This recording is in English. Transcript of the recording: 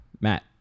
Matt